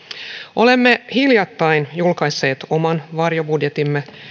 olemme hiljattain julkaisseet oman varjobudjettimme